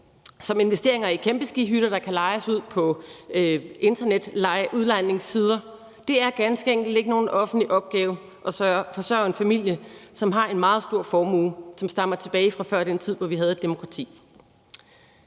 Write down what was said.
som investeringer i kæmpeskihytter, der kan lejes ud på internetudlejningssider. Det er ganske enkelt ikke nogen offentlig opgave at forsørge en familie, som har en meget stor formue, som stammer tilbage fra før den tid, hvor vi havde et demokrati.